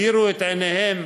הדירו את עיניהם,